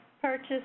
purchase